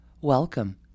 welcome